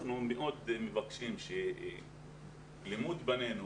אנחנו מאוד מבקשים שלימוד ילדינו,